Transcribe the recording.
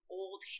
old